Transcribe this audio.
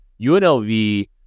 UNLV